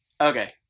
Okay